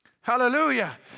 Hallelujah